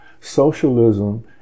Socialism